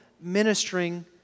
ministering